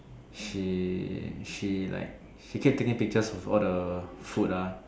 she she like she keeps taking pictures for all the food ah